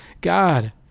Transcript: God